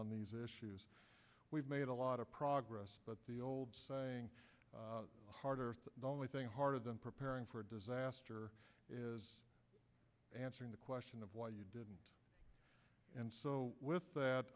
on these issues we've made a lot of progress but the old saying harder thing harder than preparing for a disaster is answering the question of why you didn't and so with